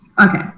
okay